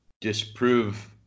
disprove